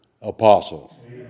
apostle